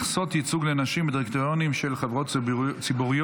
מכסות ייצוג לנשים בדירקטוריונים של חברות ציבוריות),